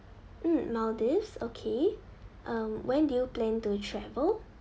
mm maldives okay um when do you plan to travel